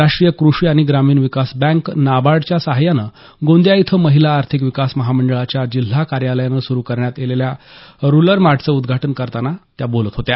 राष्टीय कृषी आणि ग्रामीण विकास बॅंक नाबार्डच्या सहाय्याने महिला आर्थिक विकास महामंडळ जिल्हा कार्यालयाच्या वतीनं सुरू करण्यात आलेल्या रुरल मार्टचं उदघाटन करतांना त्या बोलत होत्या